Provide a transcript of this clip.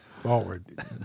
forward